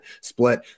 split